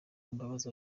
imbabazi